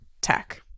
tech